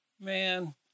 Man